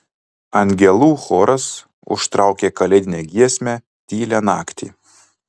angelų choras užtraukė kalėdinę giesmę tylią naktį